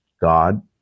God